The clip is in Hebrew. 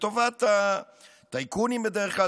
לטובת הטייקונים בדרך כלל,